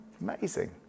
Amazing